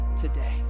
today